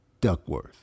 Duckworth